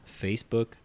Facebook